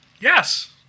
Yes